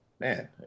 Man